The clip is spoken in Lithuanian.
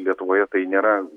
lietuvoje tai nėra